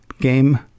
game